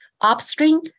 upstream